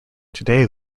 today